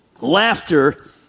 laughter